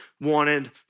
wanted